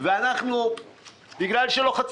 ובגלל לחץ